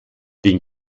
den